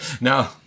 No